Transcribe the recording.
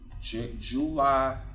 July